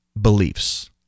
beliefs